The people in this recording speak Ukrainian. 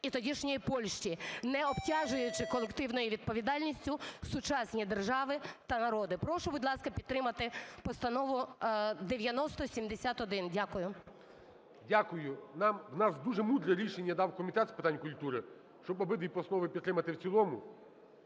і тодішньої Польщі, не обтяжуючи колективною відповідальністю сучасні держави та народи. Прошу, будь ласка, підтримати Постанову 9071. Дякую. ГОЛОВУЮЧИЙ. Дякую. Нам дуже мудре рішення дав Комітет з питань культури, щоб обидві постанови підтримати в цілому.